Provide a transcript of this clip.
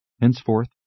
Henceforth